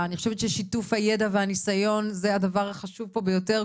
אני חושבת ששיתוף הידע והניסיון זה הדבר החשוב פה ביותר.